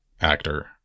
actor